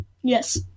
Yes